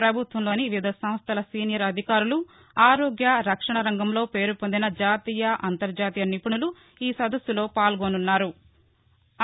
ప్రభుత్వంలోని వివిధ సంస్టల సీనియర్ అధికారులు ఆరోగ్య రక్షణ రంగంలో పేరుపొందిన జాతీయ అంతర్జాతీయ నిపుణులు ఈ సదస్సులో పాల్గొననున్నారు